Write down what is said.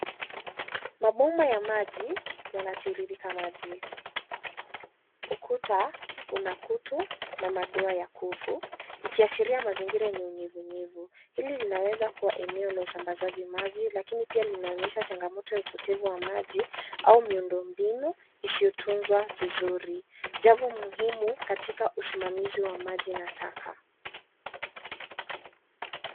Mabomba ya maji, yanatiririka maji. Ukuta una kutu na madoa ya kuvu, ikiashiria mazingira yenye unyevunyevu. Hili linaweza kuwa eneo la usambaza maji lakini pia linaonyesha changamoto ya upotevu maji au miundo mbinu isiyotunzwa vizuri. Jambo muhimu katika usimamizi wa maji na taka.